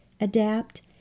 adapt